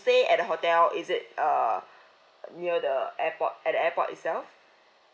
stay at the hotel is it err near the airport at the airport itself